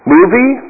Movie